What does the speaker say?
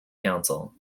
council